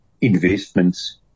investments